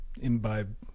imbibe